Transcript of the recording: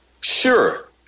Sure